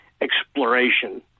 exploration